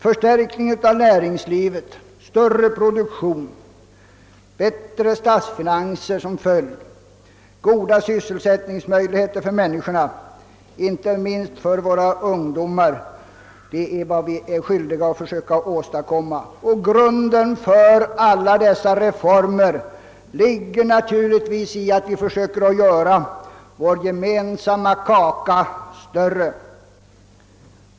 Förstärkning av näringslivet, större produktion, bättre statsfinanser som följd, goda sysselsättningsmöjligheter för människorna, inte minst för våra ungdomar, är vad vi är skyldiga att för söka åstadkomma. Grunden för alla dessa reformer ligger naturligtvis i att vi försöker att göra vår gemensamma kaka större.